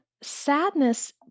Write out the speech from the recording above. sadness